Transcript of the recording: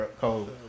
cold